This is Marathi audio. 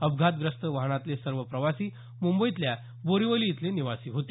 अपघातग्रस्त वाहनातले सर्व प्रवासी मुंबईतल्या बोरिवली इथले निवासी होते